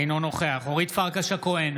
אינו נוכח אורית פרקש הכהן,